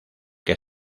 que